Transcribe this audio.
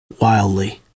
wildly